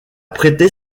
prêté